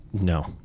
No